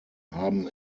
haben